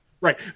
right